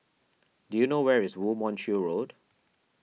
do you know where is Woo Mon Chew Road